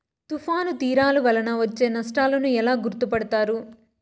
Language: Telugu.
తుఫాను తీరాలు వలన వచ్చే నష్టాలను ఎలా గుర్తుపడతారు?